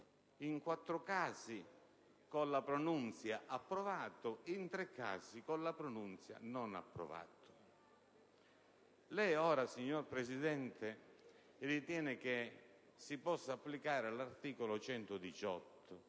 in quattro casi, con la pronunzia di approvato, in tre casi con la pronunzia, di non approvato. Lei ora, signor Presidente, ritiene che si possa applicare l'articolo 118